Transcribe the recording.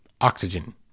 oxygen